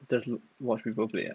just watch people play ah